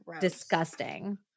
disgusting